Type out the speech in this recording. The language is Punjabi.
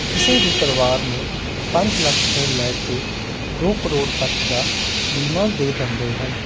ਕਿਸੇ ਵੀ ਪਰਿਵਾਰ ਨੂੰ ਪੰਜ ਲੱਖ ਤੋਂ ਲੈ ਕੇ ਦੋ ਕਰੋੜ ਤੱਕ ਦਾ ਬੀਮਾ ਦੇ ਦਿੰਦੇ ਹਨ